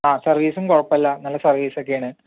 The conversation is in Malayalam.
ആ സർവീസും കുഴപ്പമില്ല നല്ല സർവീസ് ഒക്കെ ആണ്